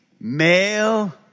Male